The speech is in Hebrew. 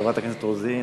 חברת הכנסת רוזין,